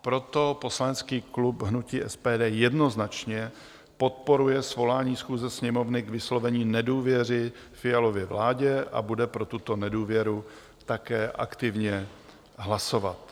Proto poslanecký klub hnutí SPD jednoznačně podporuje svolání schůze Sněmovny k vyslovení nedůvěry Fialově vládě a bude pro tuto nedůvěru také aktivně hlasovat.